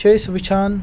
چھِ أسۍ وٕچھان